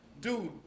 Dude